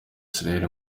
israel